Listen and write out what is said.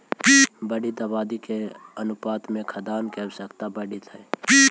बढ़ीत आबादी के अनुपात में खाद्यान्न के आवश्यकता बढ़ीत हई